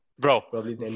Bro